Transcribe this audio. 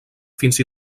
fins